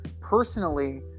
Personally